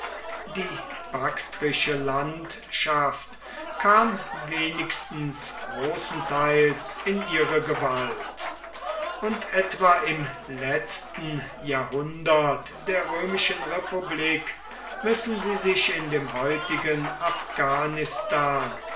die baktrische landschaft kam wenigstens großenteils in ihre gewalt und etwa im letzten jahrhundert der römischen republik müssen sie sich in dem heutigen afghanistan